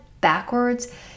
backwards